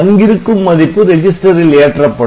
அங்கிருக்கும் மதிப்பு ரெஜிஸ்டரில் ஏற்றப்படும்